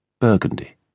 burgundy